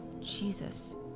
Jesus